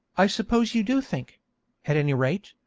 i suppose you do think at any rate,